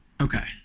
okay